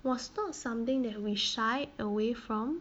was not something that we shy away from